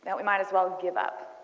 but we might as well give up.